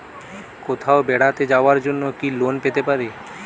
কোথাও বেড়াতে যাওয়ার জন্য কি লোন পেতে পারি?